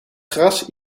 gras